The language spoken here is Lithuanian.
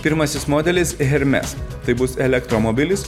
pirmasis modelis hermes tai bus elektromobilis